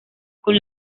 con